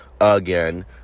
again